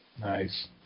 Nice